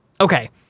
Okay